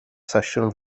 sesiwn